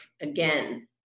again